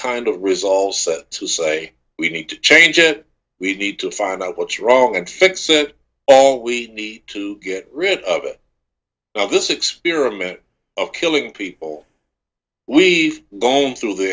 kind of results to say we need to change it we need to find out what's wrong and fix it all we need to get rid of it this experiment of killing people we've gone through the